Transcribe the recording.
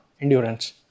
endurance